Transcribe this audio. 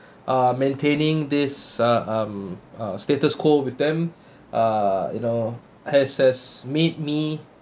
uh maintaining this uh um uh status quo with them uh you know has has made me